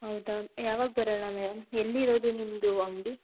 ಹೌದಾ ಯಾವಾಗ ಬರೋಣ ಮೇಡಮ್ ಎಲ್ಲಿರೋದು ನಿಮ್ಮದು ಅಂಗಡಿ